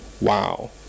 Wow